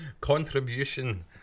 contribution